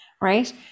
right